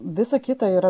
visa kita yra